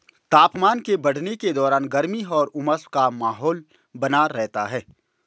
तापमान के बढ़ने के दौरान गर्मी और उमस का माहौल बना रहता है